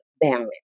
balance